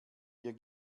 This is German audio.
hier